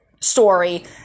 story